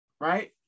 right